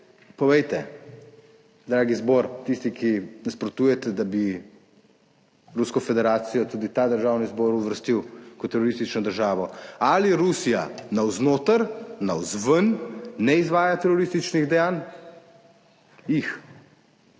povejte, dragi zbor, tisti, ki nasprotujete, da bi Rusko federacijo, tudi ta Državni zbor, uvrstil kot teroristično državo, ali Rusija navznoter, navzven, ne izvaja terorističnih dejanj? Jih.